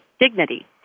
dignity